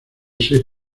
seis